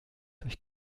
durch